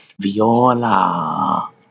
viola